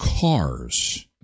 cars